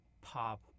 pop